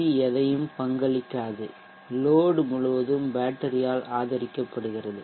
we எதையும் பங்களிக்காது load முழுவதும் பேட்டரியால் ஆதரிக்கப்படுகிறது